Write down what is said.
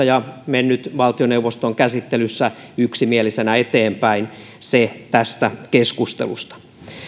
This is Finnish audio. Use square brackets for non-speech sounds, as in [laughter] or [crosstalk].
[unintelligible] ja mennyt valtioneuvoston käsittelyssä yksimielisenä eteenpäin se tästä keskustelusta